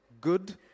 good